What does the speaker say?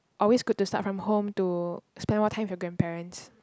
always good to start from home to spend more time with your grandparents